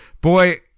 Boy